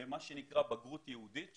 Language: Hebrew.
למה שנקרא בגרות ייעודית,